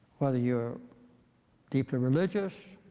whether you're deeply religious